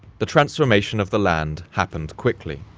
the transformation of the land happened quickly.